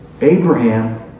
Abraham